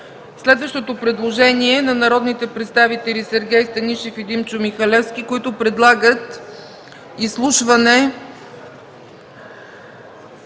Следващото предложение е на народните представители Сергей Станишев и Димчо Михалевски, които предлагат Изслушване